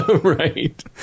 right